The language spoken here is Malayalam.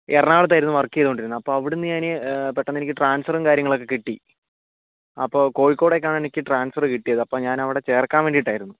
എറണാകുളത്തായിരുന്നു വർക്ക് ചെയ്തുകൊണ്ടിരുന്നത് അപ്പോൾ അവിടെനിന്ന് ഞാൻ പെട്ടെന്ന് എനിക്ക് ട്രാൻസ്ഫറും കാര്യങ്ങളും ഒക്കെ കിട്ടി അപ്പോൾ കോഴിക്കോടേക്ക് ആണ് എനിക്ക് ട്രാൻസ്ഫർ കിട്ടിയത് അപ്പോൾ ഞാൻ അവിടെ ചേർക്കാൻ വേണ്ടിയിട്ടായിരുന്നു